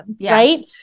right